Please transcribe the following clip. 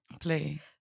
Play